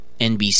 NBC